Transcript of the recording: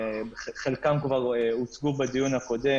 חלקם הוצגו בדיון הקודם,